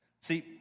See